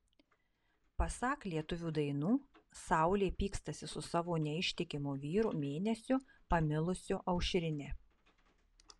pasak lietuvių dainų saulė pykstasi su savo neištikimu vyru mėnesiu pamilusiu aušrinę